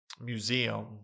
museum